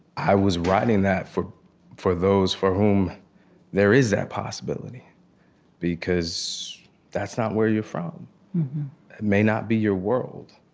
i was writing that for for those for whom there is that possibility because that's not where you're from. it may not be your world.